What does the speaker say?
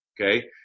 Okay